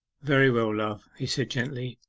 very well, love he said gently.